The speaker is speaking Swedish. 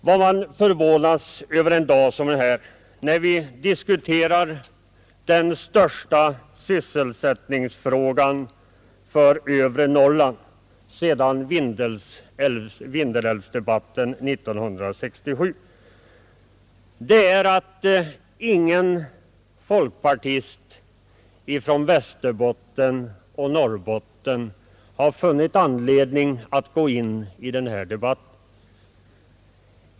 Vad man förvånas över en dag som den här, när vi i riksdagen diskuterar den största sysselsättningsfrågan för övre Norrland sedan Vindelälvsdebatten 1967, är att ingen folkpartist från Västerbotten och Norrbotten har funnit anledning att gå in i den här debatten.